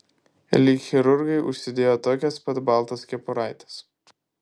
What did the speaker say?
lyg chirurgai užsidėjo tokias pat baltas kepuraites